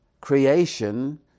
creation